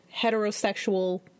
heterosexual